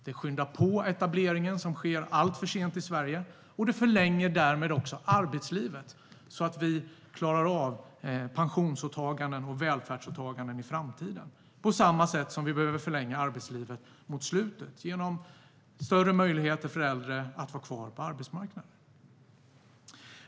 Det skyndar på etableringen som sker alltför sent i Sverige, och det förlänger därmed också arbetslivet, så att vi klarar av pensionsåtaganden och välfärdsåtaganden i framtiden. Vi behöver på samma sätt förlänga arbetslivet mot slutet genom större möjligheter för äldre att vara kvar på arbetsmarknaden.